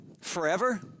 Forever